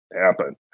happen